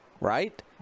right